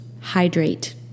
hydrate